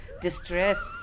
distress